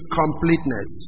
completeness